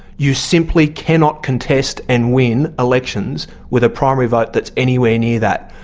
you simply cannot contest and win elections with a primary vote that is anywhere near that.